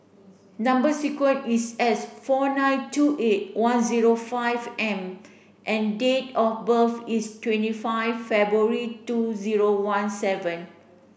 number sequence is S four nine two eight one zero five M and date of birth is twenty five February two zero one seven